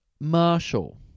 Marshall